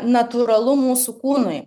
natūralu mūsų kūnui